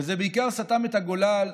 וזה בעיקר סתם את הגולל,